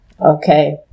okay